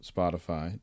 Spotify